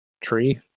tree